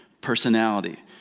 personality